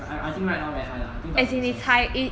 but I I think right now very high lah I think doesn't make sense